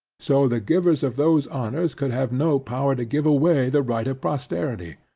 so the givers of those honors could have no power to give away the right of posterity,